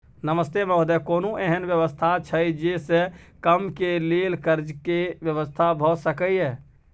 नमस्ते महोदय, कोनो एहन व्यवस्था छै जे से कम के लेल कर्ज के व्यवस्था भ सके ये?